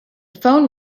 phone